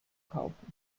kaufen